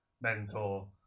mentor